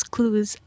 Clues